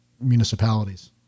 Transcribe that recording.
municipalities